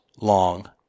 long